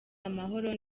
amahoro